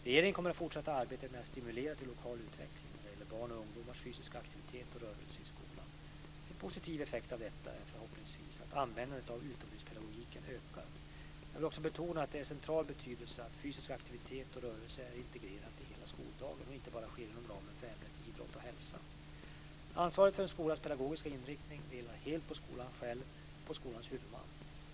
Regeringen kommer att fortsätta arbetet med att stimulera till lokal utveckling när det gäller barns och ungdomars fysiska aktivitet och rörelse i skolan. En positiv effekt av detta är förhoppningsvis att användandet av utomhuspedagogik ökar. Jag vill också betona att det är av central betydelse att fysisk aktivitet och rörelse är integrerade i hela skoldagen och inte bara sker inom ramen för ämnet idrott och hälsa. Ansvaret för en skolas pedagogiska inriktning vilar helt på skolan själv och på skolans huvudman.